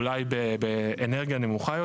אולי באנרגיה נמוכה יותר.